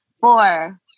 four